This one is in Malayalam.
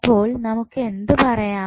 അപ്പോൾ നമുക്ക് എന്തു പറയാം